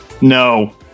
No